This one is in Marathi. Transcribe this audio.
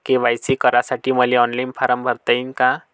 के.वाय.सी करासाठी मले ऑनलाईन फारम भरता येईन का?